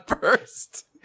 first